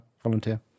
volunteer